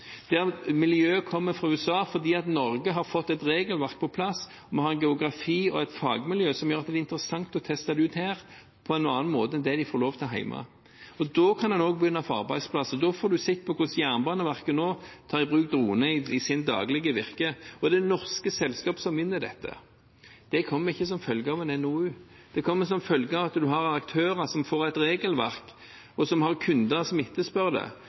der miljøer kommer fra USA fordi Norge har fått et regelverk på plass. Vi har en geografi og et fagmiljø som gjør at det er interessant å teste det ut her på en annen måte enn det de får lov til hjemme. Da kan man også få arbeidsplasser. Da får man sett på hvordan Jernbaneverket kan ta i bruk droner i sitt daglige virke. Og det er norske selskaper som vinner dette. Det kommer ikke som en følge av en NOU. Det kommer som en følge av at man har aktører som får et regelverk, som har kunder som etterspør det,